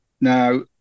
now